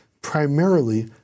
primarily